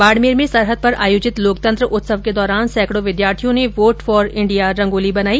बाड़मेर में सरहद पर आयोजित लोकतंत्र उत्सव के दौरान सैंकड़ों विद्यार्थियों ने वोट फोर इंडिया रंगोली बनाई